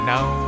Now